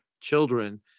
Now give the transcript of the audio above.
children